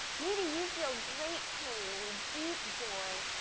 maybe you feel great pain and deep joy,